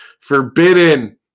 Forbidden